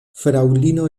fraŭlino